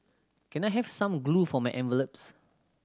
can I have some glue for my envelopes